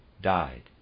died